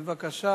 בבקשה.